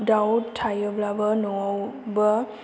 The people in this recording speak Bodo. दाउ थायोब्लाबो न'आव बो